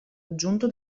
aggiunto